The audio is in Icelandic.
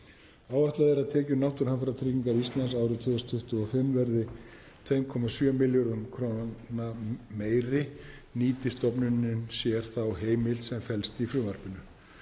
Áætlað er að tekjur Náttúruhamfaratryggingar Íslands árið 2025 verði 2,7 milljörðum kr. meiri nýti stofnunin sér þá heimild sem felst í frumvarpinu.